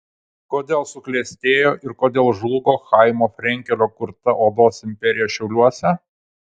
kodėl suklestėjo ir kodėl žlugo chaimo frenkelio kurta odos imperija šiauliuose